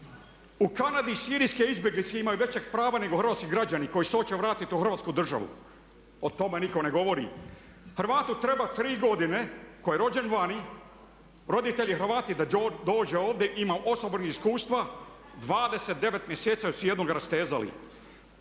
U Kanadi sirijske izbjeglice imaju veća prava nego hrvatski građani koji se hoće vratiti u Hrvatsku državu. O tome nitko ne govori. Hrvatu treba 3 godine koji je rođen vani roditelji Hrvati da dođe ovdje, imam osobnih iskustva, 29 mjeseci su jednoga rastezali.